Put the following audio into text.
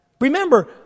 Remember